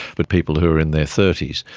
but people who are in their thirty s,